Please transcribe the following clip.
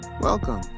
Welcome